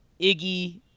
Iggy